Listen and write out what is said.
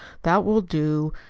that will do.